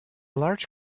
large